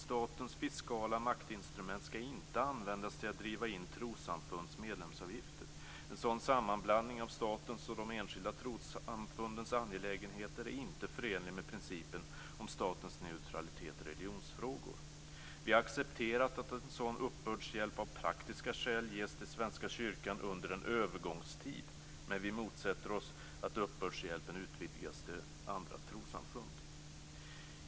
Statens fiskala maktinstrument skall inte användas till att driva in trossamfunds medlemsavgifter. En sådan sammanblandning av statens och de enskilda trossamfundens angelägenheter är inte förenlig med principen om statens neutralitet i religionsfrågor. Vi har accepterat att en sådan uppbördshjälp av praktiska skäl ges till Svenska kyrkan under en övergångstid, men vi motsätter oss att uppbördshjälpen utvidgas till andra trossamfund.